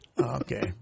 Okay